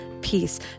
Peace